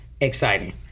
exciting